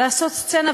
לעשות סצנה,